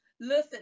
Listen